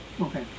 Okay